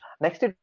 next